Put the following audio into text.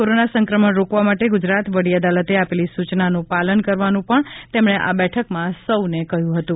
corona સંક્રમણ રોકવા માટે ગુજરાત વડી અદાલતે આપેલી સૂચનાનું પાલન કરવાનું પણ તેમણે આ બેઠકમાં સૌ ને કહ્યું હતું